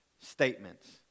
statements